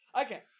Okay